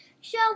Show